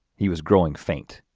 he was growing faint,